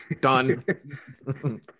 Done